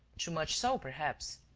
too much so, perhaps.